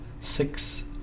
six